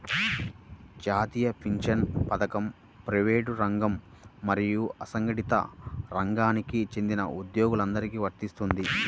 జాతీయ పెన్షన్ పథకం ప్రైవేటు రంగం మరియు అసంఘటిత రంగానికి చెందిన ఉద్యోగులందరికీ వర్తిస్తుంది